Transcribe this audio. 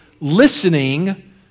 listening